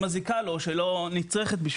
שמזיקה לו ושהוא לא צריך.